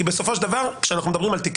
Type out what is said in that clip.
כי בסופו של דבר כשאנחנו מדברים בתיקי